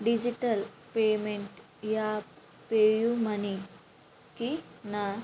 digital payment app పేయూమనీకి నా